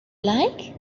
like